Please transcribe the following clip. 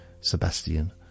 ...Sebastian